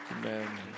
Amen